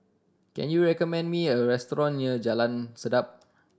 can you recommend me a restaurant near Jalan Sedap